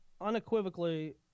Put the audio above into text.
unequivocally